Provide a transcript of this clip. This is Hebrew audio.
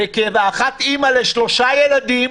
אחת אימא לשלושה ילדים,